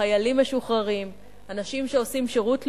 חיילים משוחררים, אנשים שעושים שירות לאומי.